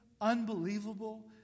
unbelievable